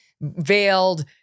veiled